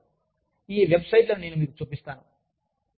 కొన్ని విషయాలు ఈ వెబ్సైట్లను నేను మీకు చూపిస్తాను